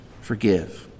forgive